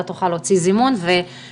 יש כאן הזדמנות למשרדי הממשלה לבוא ולהשתמש